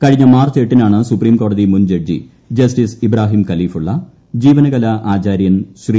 കഴിഞ്ഞ മാർച്ച് എട്ടിനാണ് സുപ്രീംകോടതി മുൻ ജഡ്ജി ജസ്റ്റിസ് ഇബ്രാഹിം ഖലീഫുള്ള ജീവനകല ആചാര്യൻ ശ്രീ